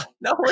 No